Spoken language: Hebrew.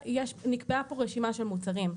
נקבעה כאן רשימה של מוצרים.